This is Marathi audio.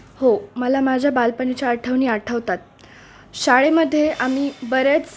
हो मला माझ्या बालपणीच्या आठवणी आठवतात शाळेमध्ये आम्ही बऱ्याच